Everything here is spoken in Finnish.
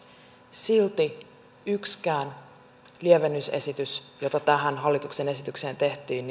silti yhdellekään lievennysesitykselle joita tähän hallituksen esitykseen tehtiin